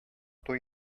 туй